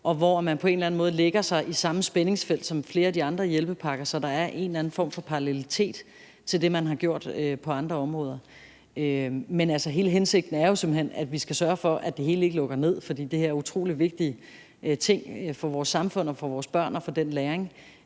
og hvor man på en eller anden måde lægger sig i samme spændingsfelt som flere af de andre hjælpepakker, så der er en eller anden form for parallelitet til det, man har gjort på andre områder. Men, altså, hele hensigten er jo simpelt hen, at vi skal sørge for, at det hele ikke lukker ned, for det her er utrolig vigtige ting for vores samfund og for vores børn og for deres læring,